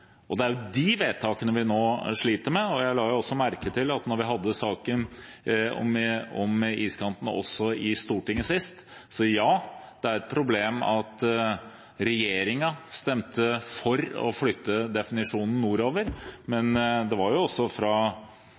Det er de vedtakene vi nå sliter med. Jeg la også merke til hva som skjedde da vi hadde saken om iskanten til behandling i Stortinget sist. Så ja, det er et problem at regjeringen stemte for å flytte iskantsonen nordover, men hos Arbeiderpartiet og Senterpartiet var